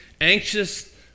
anxious